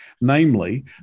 namely